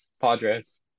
Padres